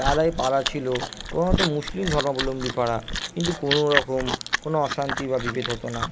পাড়া ছিলো মুসলিম ধর্মাবলম্বী পাড়া কিন্তু কোনো রকম কোনো অশান্তি বা বিভেদ হতো না